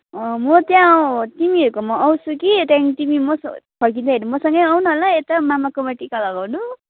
म त्यहाँ तिमीहरूकोमा आउँछु कि त्यहाँदेखिन् तिमी म फर्किँदाखेरि मसँगै आऊ न यता मामाकोमा टिका लगाउनु